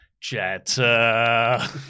Jetta